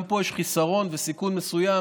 גם פה יש חיסרון וסיכון מסוים.